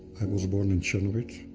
i was born in czernowitz,